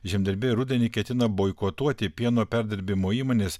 žemdirbiai rudenį ketina boikotuoti pieno perdirbimo įmones